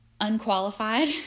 unqualified